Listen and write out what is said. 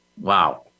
Wow